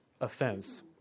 offense